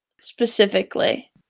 specifically